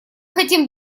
хотим